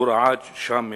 הוא רעד שם מפחד.